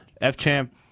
F-Champ